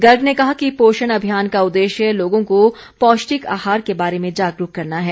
गर्ग ने कहा कि पोषण अभियान का उददेश्य लोगों को पौष्टिक आहार के बारे में जागरूक करना है